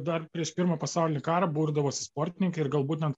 dar prieš pirmą pasaulinį karą burdavosi sportininkai ir galbūt net